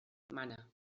mana